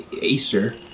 Acer